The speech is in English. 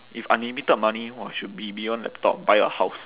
if unlimited money !wah! should be beyond laptop buy a house